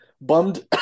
Bummed